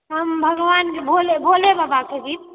हम भगवान भोले भोले बाबाके गीत